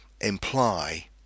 imply